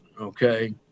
okay